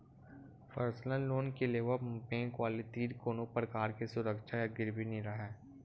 personal loan के लेवब म बेंक वाले तीर कोनो परकार के सुरक्छा या गिरवी नइ राहय